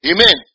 Amen